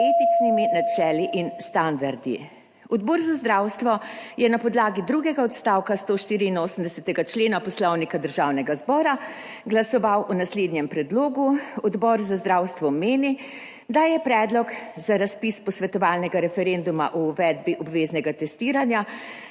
načeli in standardi. Odbor za zdravstvo je na podlagi drugega odstavka 184. člena Poslovnika Državnega zbora glasoval o naslednjem predlogu: Odbor za zdravstvo meni, da je predlog za razpis posvetovalnega referenduma o uvedbi obveznega testiranja